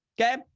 okay